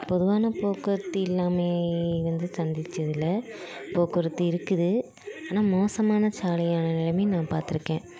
பொதுவான போக்குவரத்து இல்லாமே வந்து சந்தித்தது இல்லை போக்குவரத்து இருக்குது ஆனால் மோசமான சாலையான நிலமை நான் பார்த்துருக்கேன்